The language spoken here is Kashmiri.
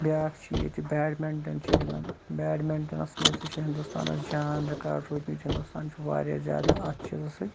بیاکھ چھِ ییتہِ بیڈمِنٛٹَن چھِ گِنٛدان بیڈمِنٹَنَس منٛز تہِ چھِ ہِنٛدوستانَس جان رِکاڈ روٗدمٕتۍ ہِنٛدوستان چھُ واریاہ زیادٕ اَتھ چیٖزَس سۭتۍ